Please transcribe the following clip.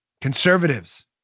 Conservatives